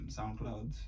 Soundcloud